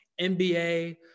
NBA